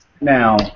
Now